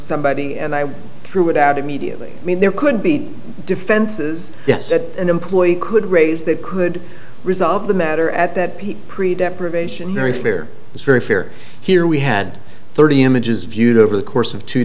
somebody and i threw it out immediately i mean there could be defenses that an employee could raise that could resolve the matter at that peak pre death probationary fare is very fair here we had thirty images viewed over the course of two